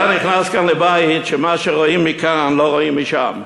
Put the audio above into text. אתה נכנס כאן לבית שמה שרואים מכאן לא רואים משם.